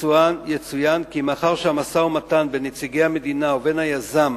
יצוין כי מאחר שהמשא-ומתן בין נציגי המדינה ובין היזם